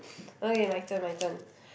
okay my turn my turn